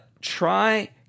try –